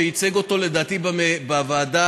שייצג אותו לדעתי בוועדה,